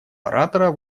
оратора